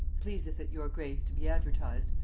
pleaseth it your grace to be advertised,